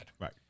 Right